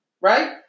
Right